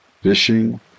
fishing